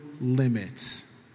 limits